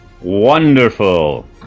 Wonderful